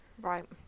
Right